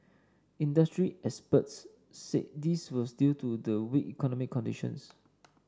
industry experts said this was due to the weak economy conditions